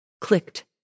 clicked